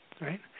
Right